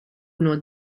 uno